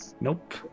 Nope